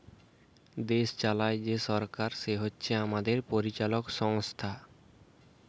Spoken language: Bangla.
দেশ চালায় যেই সরকার সে হচ্ছে আমাদের পরিচালক সংস্থা